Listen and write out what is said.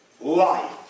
life